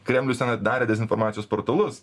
kremlius ten atidarė dezinformacijos portalus